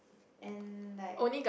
and like